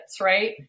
right